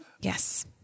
Yes